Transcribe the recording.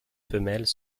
femelles